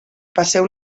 passeu